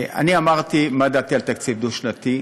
אני אמרתי מה דעתי על תקציב דו-שנתי.